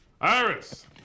Iris